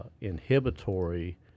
inhibitory